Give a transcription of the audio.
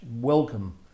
welcome